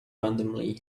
randomly